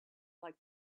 like